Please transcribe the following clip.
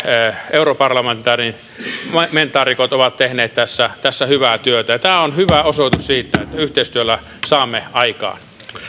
europarlamentaarikot ovat tehneet tässä tässä hyvää työtä ja tämä on hyvä osoitus siitä että yhteistyöllä saamme aikaan